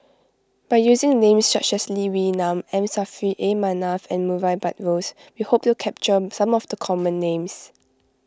by using names such as Lee Wee Nam M Saffri A Manaf and Murray Buttrose we hope to capture some of the common names